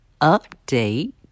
Update